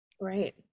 right